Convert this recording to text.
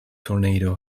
tornado